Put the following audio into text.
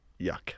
Yuck